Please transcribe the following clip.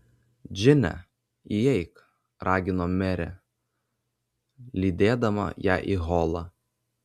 džine įeik ragino merė lydėdama ją į holą